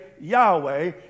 Yahweh